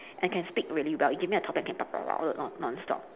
I can speak really well if you give me a topic I can talk very long non non stop